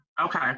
Okay